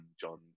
John